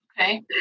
Okay